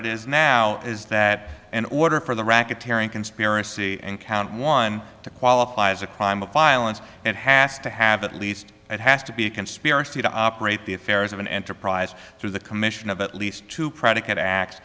it is now is that in order for the racketeering conspiracy and count one to qualify as a crime of violence it has to have at least it has to be a conspiracy to operate the affairs of an enterprise through the commission at least two predicate acts